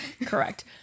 Correct